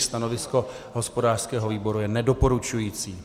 Stanovisko hospodářského výboru je nedoporučující.